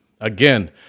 Again